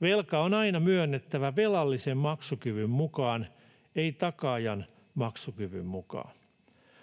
Velka on aina myönnettävä velallisen maksukyvyn mukaan, ei takaajan maksukyvyn mukaan.